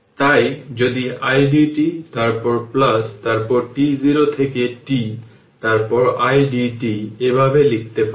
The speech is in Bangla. তাই যদি idt তারপর তারপর t0 থেকে t তারপর idt এভাবে লিখতে পারেন